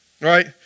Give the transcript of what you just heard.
Right